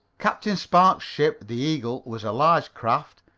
captain spark's ship, the eagle, was a large craft,